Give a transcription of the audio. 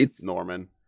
Norman